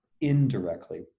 indirectly